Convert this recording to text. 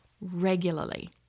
regularly